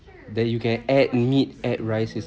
that you can add meat add rice is